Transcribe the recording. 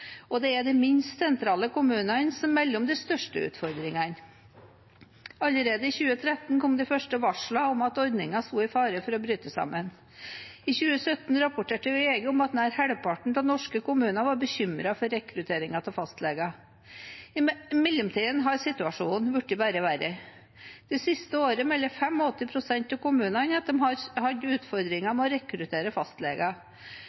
og det er de minst sentrale kommunene som melder om de største utfordringene. Allerede i 2016 kom de første varslene om at ordningen sto i fare for å bryte sammen. I 2017 rapporterte VG om at nær halvparten av norske kommuner var bekymret for rekrutteringen av fastleger. I mellomtiden har situasjonen blitt bare verre. Det siste året melder 85 pst. av kommunene at de har hatt utfordringer